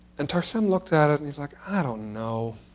and tarsem looked at it, and he's like, i don't know.